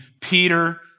Peter